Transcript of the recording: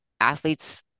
athletes